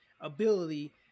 ability